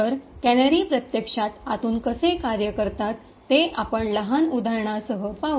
तर कॅनरी प्रत्यक्षात आतून कसे कार्य करतात ते आपण लहान उदाहरणासह पाहू